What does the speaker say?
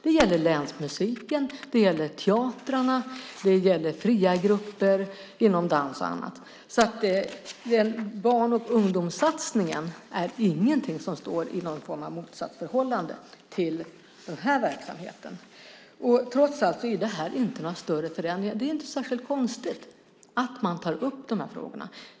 Det gäller Länsmusiken, teatrarna och fria grupper inom dans och annat. Barn och ungdomssatsningen står inte i någon form av motsatsförhållande till den här verksamheten. Det är trots allt inte några större förändringar. Det är inte särskilt konstigt att man tar upp de här frågorna.